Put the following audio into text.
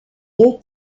deux